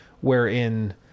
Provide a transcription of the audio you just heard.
wherein